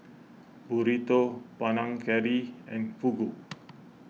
Burrito Panang Curry and Fugu